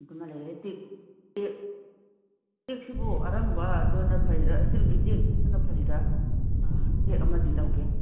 ꯇꯦꯛꯁꯤꯕꯨ ꯑꯔꯪꯕꯗꯨꯅ ꯐꯔꯤꯔꯥ ꯁ꯭ꯇꯤꯜꯒꯤ ꯇꯦꯛꯇꯨꯅ ꯐꯔꯤꯔꯥ ꯇꯦꯛ ꯑꯃꯗꯤ ꯂꯧꯒꯦ